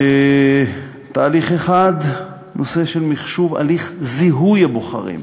תהליך אחד בנושא המחשוב הוא הליך זיהוי הבוחרים,